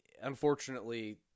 unfortunately –